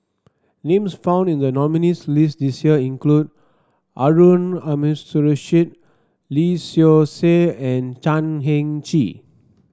names found in the nominees list this year include Harun Aminurrashid Lee Seow Ser and Chan Heng Chee